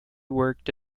worked